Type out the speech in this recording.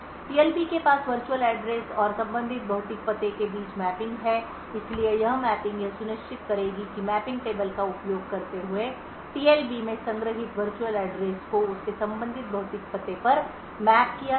TLB के पास virtual address और संबंधित भौतिक पते के बीच मैपिंग है इसलिए यह मैपिंग यह सुनिश्चित करेगी कि मैपिंग टेबल का उपयोग करते हुए TLB में संग्रहीत वर्चुअल एड्रेस को उसके संबंधित भौतिक पते पर मैप किया जाए